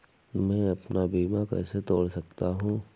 मैं अपना बीमा कैसे तोड़ सकता हूँ?